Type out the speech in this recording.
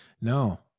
No